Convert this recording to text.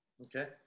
Okay